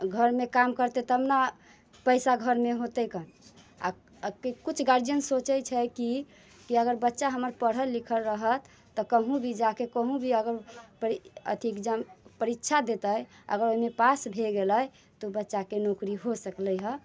घरके काम करतै तब ने पैसा घरमे होतै कऽ आ किछु गार्जियन सोचैत छै कि अगर बच्चा हमर पढ़ल लिखल रहत तऽ कहूँ भी जा कऽ कोनो भी अगर परि अथि एक्जाम परीक्षा देतै अगर ओहिमे पास भए गेलै तऽ बच्चाके नौकरी हो सकलै हे